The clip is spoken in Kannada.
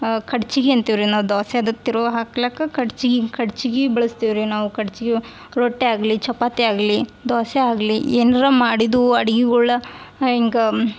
ಕಡ್ಚಿಗೆ ಅಂತೀವಿ ರೀ ನಾವು ದೋಸೆ ಅದು ತಿರ್ವಿ ಹಾಕ್ಲಿಕ್ಕ ಕಡ್ಚಿಗೆ ಕಡ್ಚಿಗೆ ಬಳ್ಸ್ತೀವಿ ರೀ ನಾವು ಕಡ್ಚಿಗೆ ರೊಟ್ಟಿ ಆಗಲಿ ಚಪಾತಿ ಆಗಲಿ ದೋಸೆ ಆಗಲಿ ಏನರ ಮಾಡಿದ್ದು ಅಡ್ಗಿಗಳು ಹಿಂಗ